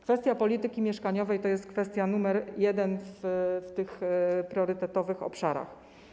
Kwestia polityki mieszkaniowej to jest kwestia nr 1 w tych priorytetowych obszarach.